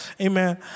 Amen